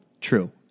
True